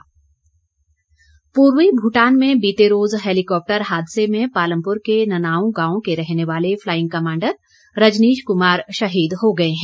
शहीद पूर्वी भूटान में बीते रोज हैलिकॉप्टर हादसे में पालमपुर के ननाओं गांव के रहने वाले फ्लाइंग कमांडर रजनीश कुमार शहीद हो गए हैं